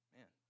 Man